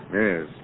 Yes